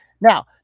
Now